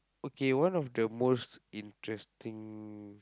okay one of the most interesting